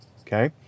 Okay